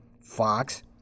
Fox